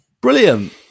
brilliant